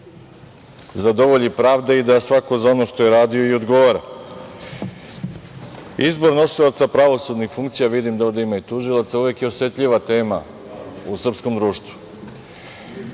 zadovolji pravda i da svako za ono što je radio i odgovara. Izbor nosilaca pravosudnih funkcija, vidim da ovde ima i tužilaca, uvek je osetljiva tema u srpskom društvu.